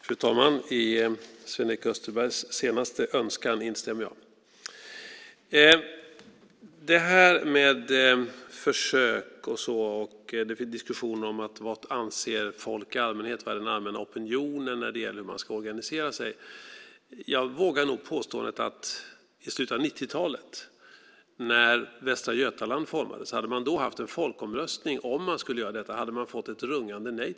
Fru talman! I Sven-Erik Österbergs senaste önskan instämmer jag. Låt mig börja med detta med försök och att det finns en diskussion om vad folk anser i allmänhet, alltså vad den allmänna opinionen är när det gäller hur man ska organisera sig. Jag vågar nog påstå att man om man i slutet av 90-talet när Västa Götaland formades hade haft en folkomröstning om detta hade fått ett rungande nej.